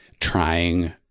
trying